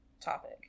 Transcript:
topic